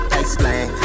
explain